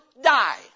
die